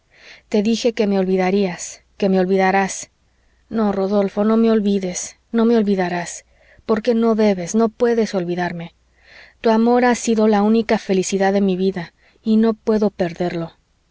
te dije que me olvidarías que me olvidarás no rodolfo no me olvides no me olvidarás porque no debes no puedes olvidarme tu amor ha sido la única felicidad de mi vida y no puedo perderlo